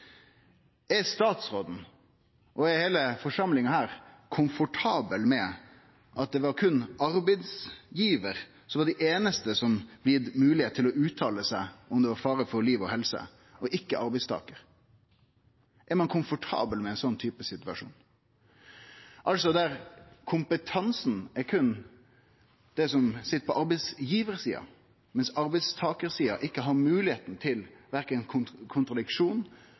Er statsråden, og er heile forsamlinga her, komfortable med at det var berre arbeidsgivar som blei gitt moglegheit til å uttale seg om det var fare for liv og helse, og ikkje arbeidstakar? Er ein komfortabel med ein sånn type situasjon – altså der kompetansen er berre frå dei som sit på arbeidsgivarsida, mens arbeidstakarsida ikkje har moglegheit til verken